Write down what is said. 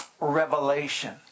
Revelation